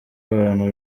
abantu